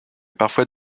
parfois